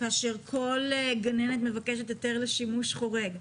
כאשר כל גננת מבקשת היתר לשימוש חורג,